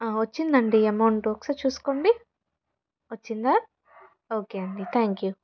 వచ్చిందండి అమౌంట్ ఒకసారి చూసుకోండి వచ్చిందా ఓకే అండి థ్యాంక్ యూ